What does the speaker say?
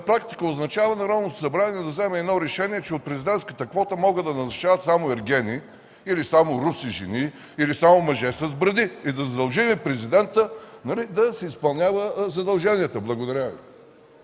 практика означава Народното събрание да вземе едно решение, че от президентската квота могат да назначават само ергени, или само руси жени, или само мъже с бради и да задължим президента да си изпълнява задълженията! Благодаря Ви.